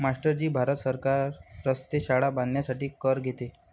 master ji Bharat सरकार रस्ते, शाळा बांधण्यासाठी कर घेते